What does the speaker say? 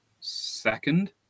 second